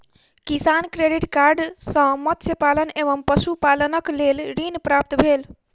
किसान credit card सॅ मत्स्य पालन एवं पशुपालनक लेल ऋण प्राप्त भेल